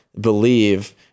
believe